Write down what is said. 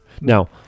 Now